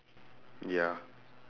ya